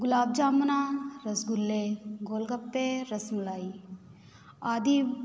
ਗੁਲਾਬ ਜਾਮਨਾਂ ਰਸਗੁੱਲੇ ਗੋਲਗੱਪੇ ਰਸਮਲਾਈ ਆਦਿ